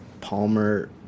palmer